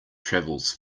travels